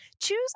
Choose